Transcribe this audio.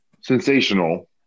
sensational